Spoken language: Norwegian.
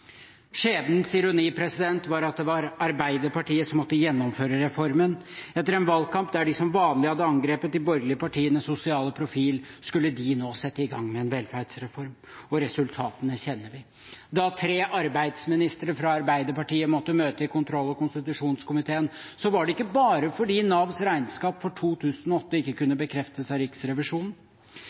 Skjebnens ironi var at det var Arbeiderpartiet som måtte gjennomføre reformen. Etter en valgkamp der de som vanlig hadde angrepet de borgerlige partienes sosiale profil, skulle de nå sette i gang med en velferdsreform. Og resultatene kjenner vi. Da tre arbeidsministre fra Arbeiderpartiet måtte møte i kontroll- og konstitusjonskomiteen, var det ikke bare fordi Navs regnskap for 2008 ikke kunne bekreftes av Riksrevisjonen.